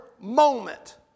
moment